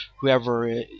whoever